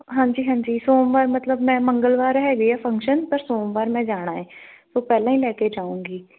ਹਾਂਜੀ ਹਾਂਜੀ ਸੋਮਵਾਰ ਮਤਲਬ ਮੈਂ ਮੰਗਲਵਾਰ ਹੈਗੇ ਆ ਫੰਕਸ਼ਨ ਪਰ ਸੋਮਵਾਰ ਮੈਂ ਜਾਣਾ ਹੈ ਸੋ ਪਹਿਲਾਂ ਹੀ ਲੈ ਕੇ ਜਾਉਂਗੀ